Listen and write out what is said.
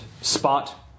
spot